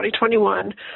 2021